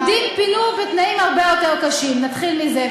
פינו יהודים בתנאים הרבה יותר קשים, נתחיל מזה.